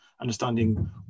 understanding